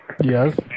Yes